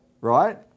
right